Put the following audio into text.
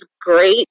great